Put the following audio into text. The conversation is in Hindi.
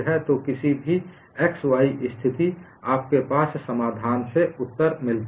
तो किसी भी x y स्थिति आपके पास समाधान से उत्तर मिलता है